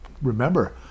remember